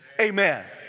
Amen